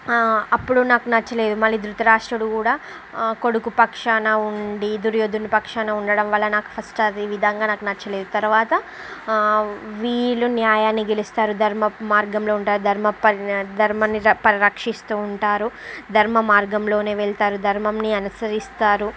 అప్పుడు నాకు నచ్చలేదు మళ్ళీ ధృతరాష్ట్రుడు కూడా కొడుకు పక్షాన ఉండి దుర్యోధన పక్షాన ఉండటం వలన నాకు ఫస్ట్ అదే విధంగా నాకు నచ్చలేదు తరువాత వీళ్ళు న్యాయాన్ని గెలుస్తారు ధర్మ మార్గంలో ఉంటారు ధర్మ పరిర ధర్మాన్ని పరిరక్షిస్తూ ఉంటారు ధర్మ మార్గంలోనే వెళతారు ధర్మాన్ని అనుసరిస్తారు